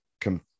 come